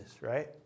right